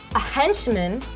a henchman?